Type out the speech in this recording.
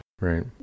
right